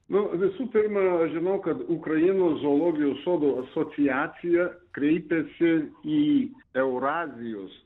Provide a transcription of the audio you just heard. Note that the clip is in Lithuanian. nu visų pirma žinau kad ukrainos zoologijos sodų asociacija kreipėsi į eurazijos